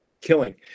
killing